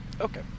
Okay